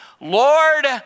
Lord